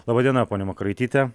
laba diena ponia makaraityte